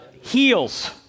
Heals